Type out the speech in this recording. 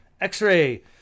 X-Ray